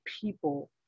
people